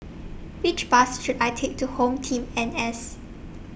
Which Bus should I Take to HomeTeam N S